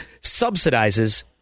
subsidizes